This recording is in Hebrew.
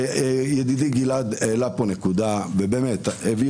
ידידי גלעד העלה כאן נקודה ובאמת הביא